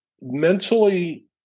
mentally